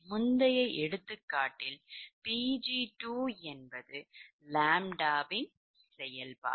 முந்தைய எடுத்துக்காட்டில் Pg2 என்பது ʎ வின் செயல்பாடு